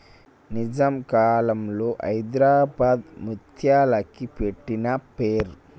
నిజాం కాలంలో హైదరాబాద్ ముత్యాలకి పెట్టిన పేరు